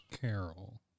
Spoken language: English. Carol